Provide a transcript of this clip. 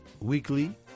weekly